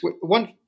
one